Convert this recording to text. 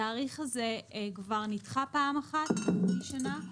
התאריך הזה כבר נדחה פעם אחת, בחצי שנה,